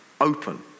open